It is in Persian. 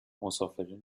مسافرین